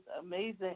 amazing